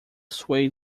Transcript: sway